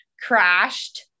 crashed